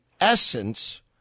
essence